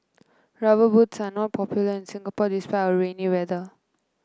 rubber boots are not popular in Singapore despite our rainy weather